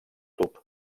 tub